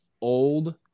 old